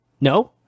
No